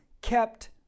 kept